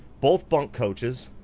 both bunk coaches.